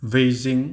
Beijing